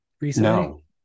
recently